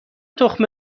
تخم